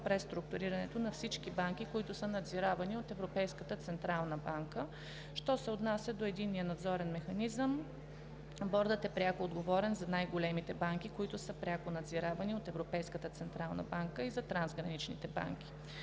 преструктурирането на всички банки, които са надзиравани от Европейската централна банка. Що се отнася до Единния надзорен механизъм, Бордът е пряко отговорен за най-големите банки, които са пряко надзиравани от Европейската централна банка, и за трансграничните банки.